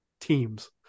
teams